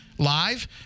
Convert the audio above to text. Live